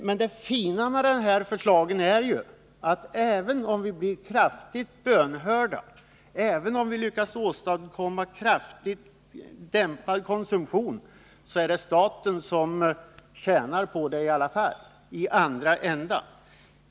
Men det fina med de här förslagen är att även om vi blir generöst bönhörda och lyckas åstadkomma en kraftigt dämpad konsumtion, så kommer staten att tjäna på det i alla fall — i den andra änden.